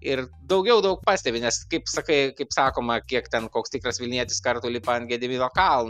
ir daugiau daug pastebi nes kaip sakai kaip sakoma kiek ten koks tikras vilnietis kartų lipa ant gedimino kalno